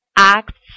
acts